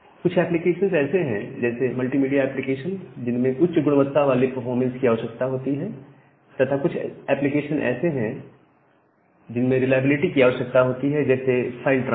कुछ एप्लीकेशन ऐसे हैं जैसे मल्टीमीडिया एप्लीकेशन जिनमें उच्च गुणवत्ता वाले परफॉर्मेंस की आवश्यकता होती है तथा कुछ ऐसे एप्लीकेशन ऐसे हैं जिनमें रिलायबिलिटी की आवश्यकता होती है जैसे फाइल ट्रांसफर